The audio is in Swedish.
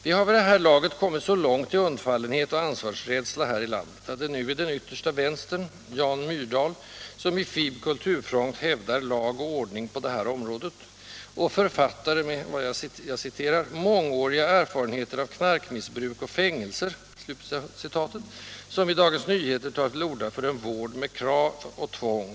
Vi har vid det här laget kommit så långt i undfallenhet och ansvarsrädsla här i landet att det nu är den yttersta vänstern, Jan Myrdal, som i FiB-Kulturfront hävdar ”lag och ordning” på det här området, och författare med ”mångåriga erfarenheter av knarkmissbruk och fängelser” som i DN tar till orda för en vård med krav och tvång.